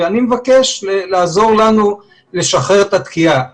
אני מבקש לעזור לנו לשחרר את התקיעה.